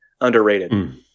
underrated